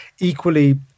Equally